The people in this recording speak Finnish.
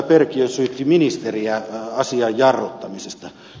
perkiö syytti ministeriä asian jarruttamisesta